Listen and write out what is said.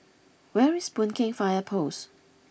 where is Boon Keng Fire Post